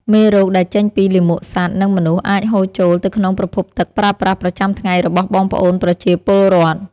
មេរោគដែលចេញពីលាមកសត្វ និងមនុស្សអាចហូរចូលទៅក្នុងប្រភពទឹកប្រើប្រាស់ប្រចាំថ្ងៃរបស់បងប្អូនប្រជាពលរដ្ឋ។